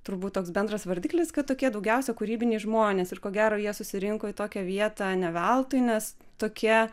turbūt toks bendras vardiklis kad tokie daugiausia kūrybiniai žmonės ir ko gero jie susirinko į tokią vietą ne veltui nes tokia